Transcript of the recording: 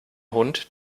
hund